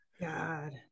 God